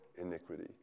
iniquity